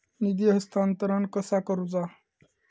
निधी हस्तांतरण कसा करुचा?